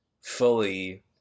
fully